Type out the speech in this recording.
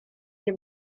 nie